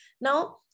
Now